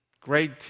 great